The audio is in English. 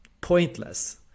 pointless